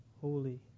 holy